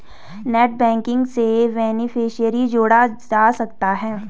net banking से beneficiary जोड़ा जा सकता है